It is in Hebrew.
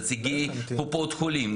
נציגי קופות חולים,